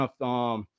enough